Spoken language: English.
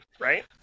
Right